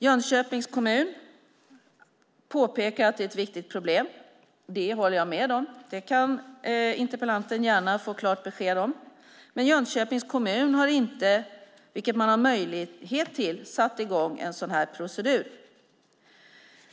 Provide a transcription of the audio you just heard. Jönköpings kommun påpekar att det är ett viktigt problem. Det håller jag med om. Det kan interpellanten gärna få klart besked om. Men Jönköpings kommun har inte, vilket man har möjlighet till, satt i gång en sådan här procedur.